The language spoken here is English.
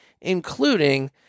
including